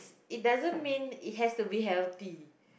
it doesn't mean it has to be healthy